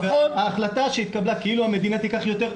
ההחלטה שהתקבלה כאילו המדינה תיקח יותר,